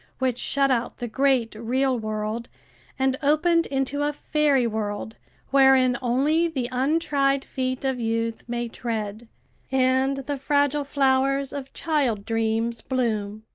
which shut out the great real world and opened into a fairy world wherein only the untried feet of youth may tread and the fragile flowers of child-dreams bloom.